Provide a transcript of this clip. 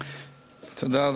תודה.